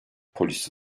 polisi